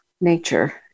nature